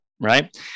right